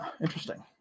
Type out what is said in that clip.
Interesting